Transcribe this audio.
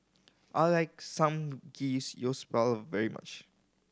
I like Samgeyopsal very much